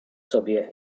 sobie